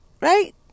right